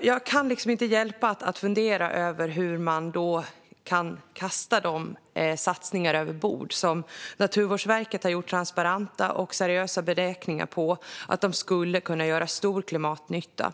Jag kan inte låta bli att fundera över hur ni då kan kasta de satsningar överbord som Naturvårdsverket har gjort transparenta och seriösa beräkningar om. De skulle kunna göra stor klimatnytta.